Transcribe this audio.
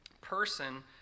person